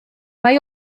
mae